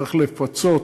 צריך לפצות